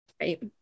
Right